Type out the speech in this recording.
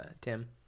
tim